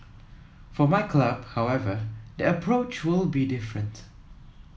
for my club however the approach will be different